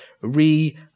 re-